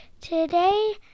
today